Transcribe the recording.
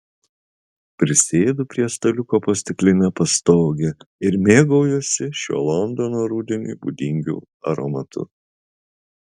prisėdu prie staliuko po stikline pastoge ir mėgaujuosi šiuo londono rudeniui būdingu aromatu